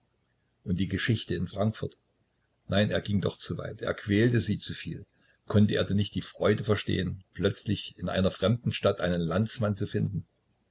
und die geschichte in frankfurt nein er ging doch zu weit er quälte sie zu viel konnte er denn nicht die freude verstehen plötzlich in einer fremden stadt einen landsmann zu finden